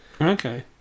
Okay